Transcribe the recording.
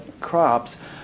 crops